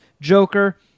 Joker